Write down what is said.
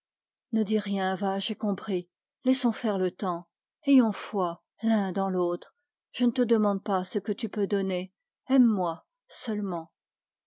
ne dis rien j'ai compris laissons faire le temps ayons foi l'un dans l'autre je ne te demande que ce que tu peux donner aime-moi seulement